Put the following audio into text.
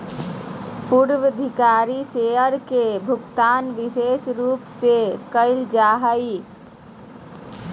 पूर्वाधिकारी शेयर के भुगतान विशेष रूप से करल जा हय